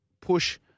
push –